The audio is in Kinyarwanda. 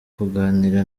kuganira